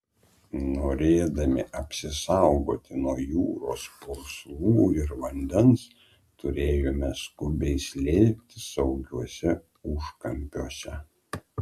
norėdami apsisaugoti nuo jūros purslų ir vandens turėjome skubiai slėptis saugiuose užkampiuose